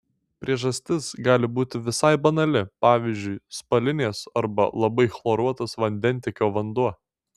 priežastis gali būti visai banali pavyzdžiui spalinės arba labai chloruotas vandentiekio vanduo